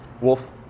Wolf